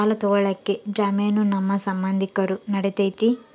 ಸಾಲ ತೊಗೋಳಕ್ಕೆ ಜಾಮೇನು ನಮ್ಮ ಸಂಬಂಧಿಕರು ನಡಿತೈತಿ?